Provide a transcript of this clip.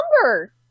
number